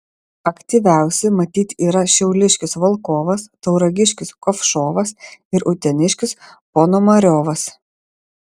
aktyviausi matyt yra šiauliškis volkovas tauragiškis kovšovas ir uteniškis ponomariovas